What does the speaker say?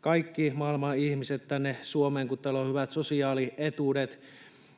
kaikki maailman ihmiset tänne Suomeen, kun täällä on hyvät sosiaalietuudet.